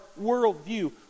worldview